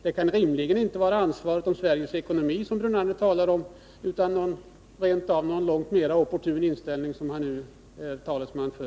Det kan rimligen inte vara ansvaret för Sveriges ekonomi som Lennart Brunander talar om, utan det tycks vara någon långt mer opportun inställning som han nu är talesman för.